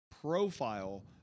Profile